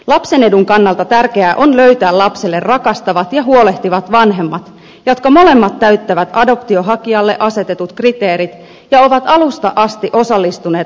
lapsen edun kannalta tärkeää on löytää lapselle rakastavat ja huolehtivat vanhemmat jotka molemmat täyttävät adoptionhakijalle asetetut kriteerit ja ovat alusta asti osallistuneet adoptioneuvontaan